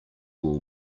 will